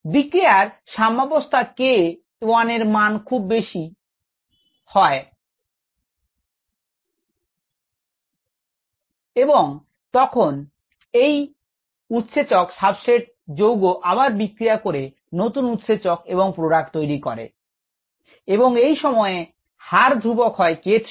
বিক্রিয়ার সাম্যাবস্থা k1এর মান খুব বেশি হয় এবং এবং তখন এই উৎসেচক সাবস্ট্রেট যৌগ আবার বিক্রিয়া করে নতুন উৎসেচক এবং প্রোডাক্ট তৈরি করে এবং এই সময় হার ধ্রূবক হয় k 3